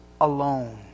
alone